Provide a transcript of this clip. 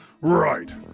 right